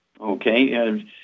Okay